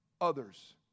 others